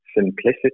simplicity